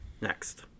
Next